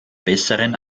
besseren